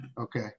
Okay